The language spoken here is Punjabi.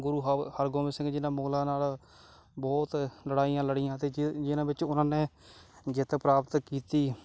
ਗੁਰੂ ਹ ਹਰਗੋਬਿੰਦ ਸਿੰਘ ਜੀ ਨੇ ਮੁਗਲਾਂ ਨਾਲ ਬਹੁਤ ਲੜਾਈਆਂ ਲੜੀਆਂ ਅਤੇ ਜਿ ਜਿਹਨਾਂ ਵਿੱਚ ਉਹਨਾਂ ਨੇ ਜਿੱਤ ਪ੍ਰਾਪਤ ਕੀਤੀ